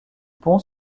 pons